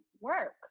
work